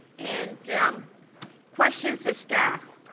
and um questions to staff,